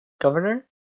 governor